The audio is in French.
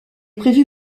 prévu